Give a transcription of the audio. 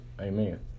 Amen